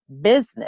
business